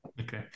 Okay